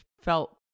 felt